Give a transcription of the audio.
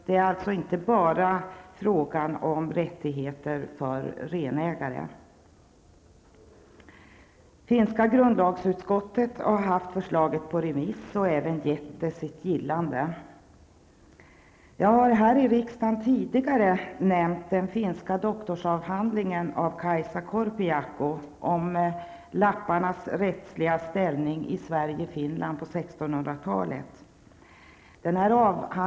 Det är alltså inte bara fråga om rättigheter för renägare. Finska grundlagsutskottet har haft förslaget på remiss och gett det sitt gillande. Jag har här i riksdagen tidigare nämnt den finska doktorsavhandlingen av Kajsa Korpijakko om 1600-talet.